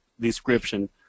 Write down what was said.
description